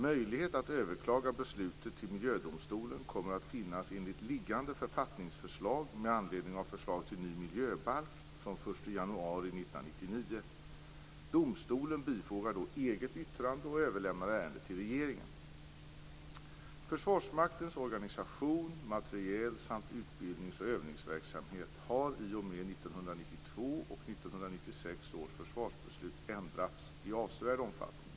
Möjlighet att överklaga beslutet till Miljödomstolen kommer att finnas enligt liggande författningsförslag med anledning av förslag till ny miljöbalk, fr.o.m. den 1 januari 1999. Domstolen bifogar då eget yttrande och överlämnar ärendet till regeringen. och 1996 års försvarsbeslut ändrats i avsevärd omfattning.